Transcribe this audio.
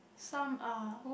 some ah